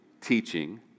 teaching